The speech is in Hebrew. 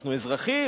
אנחנו אזרחים?